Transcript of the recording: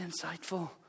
insightful